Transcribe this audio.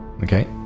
Okay